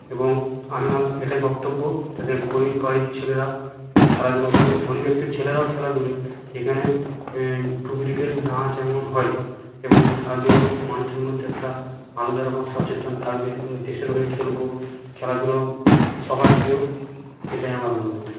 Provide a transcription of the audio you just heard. এবং আমার এটাই বক্তব্য যাতে গরিব বাড়ির ছেলেরা খেলাধুলো করে ও ধনী ব্যাক্তির ছেলেরাও খেলা দোরে এখানে এ ডুপ্লিকেট না যেমন হয় এবং খেলাধুলো মানুষের মধ্যে একটা আলাদা রকম সচেতন থাকবে দেশের হয়ে খেলবো খেলাধুলো সবার প্রিয় এটাই আমার অনুরোধ